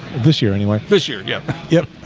this year anyway. this year. yep. yep,